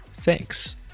Thanks